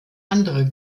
andere